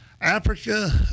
Africa